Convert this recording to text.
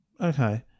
Okay